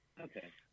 Okay